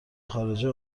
خارجه